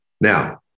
Now